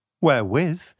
wherewith